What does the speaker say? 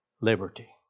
Liberty